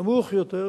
נמוך יותר,